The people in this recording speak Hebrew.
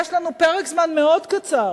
יש לנו פרק זמן מאוד קצר